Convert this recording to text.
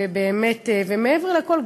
ומעבר לכול,